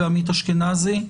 ועמית אשכנזי,